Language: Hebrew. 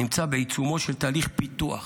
נמצא בעיצומו של תהליך פיתוח,